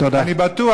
אני בטוח,